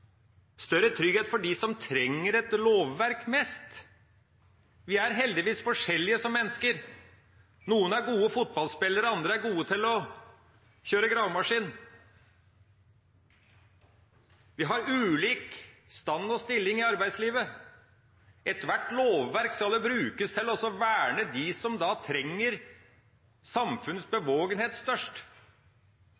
Større trygghet for hvem? Større trygghet for dem som trenger et lovverk mest? Vi er heldigvis forskjellige som mennesker. Noen er gode fotballspillere, andre er gode til å kjøre gravemaskin. Vi har ulik stand og stilling i arbeidslivet. Ethvert lovverk skal brukes til å verne dem som trenger samfunnets bevågenhet